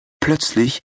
Plötzlich